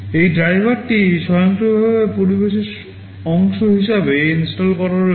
এই ড্রাইভারটি স্বয়ংক্রিয়ভাবে পরিবেশের অংশ হিসাবে ইনস্টল করা আছে